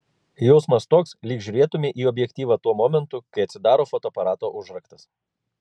jausmas toks lyg žiūrėtumei į objektyvą tuo momentu kai atsidaro fotoaparato užraktas